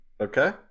Okay